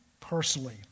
personally